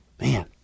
Man